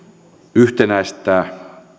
yhtenäistää